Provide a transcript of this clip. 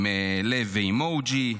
עם לב ואימוג'י.